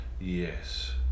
yes